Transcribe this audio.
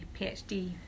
PhD